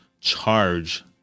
charge